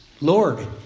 Lord